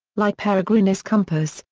like peregrinus' compass,